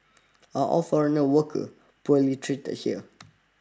are all foreigner worker poorly treated here